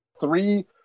three